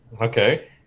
Okay